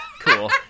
Cool